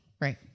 Right